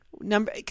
Number